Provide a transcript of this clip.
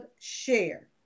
share